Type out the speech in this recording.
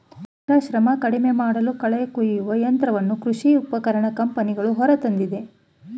ರೈತರ ಶ್ರಮ ಕಡಿಮೆಮಾಡಲು ಕಳೆ ಕುಯ್ಯುವ ಯಂತ್ರವನ್ನು ಕೃಷಿ ಉಪಕರಣ ಕಂಪನಿಗಳು ಹೊರತಂದಿದೆ